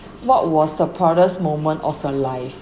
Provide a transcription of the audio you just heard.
what was the proudest moment of your life